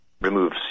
remove